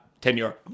Tenure